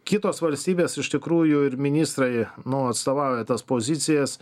kitos valstybės iš tikrųjų ir ministrai nu atstovauja tas pozicijas